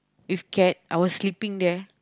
with cat I was sleeping there